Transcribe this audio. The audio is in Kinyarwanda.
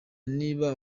niba